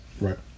Right